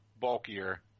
bulkier